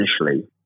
initially